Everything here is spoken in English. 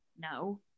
no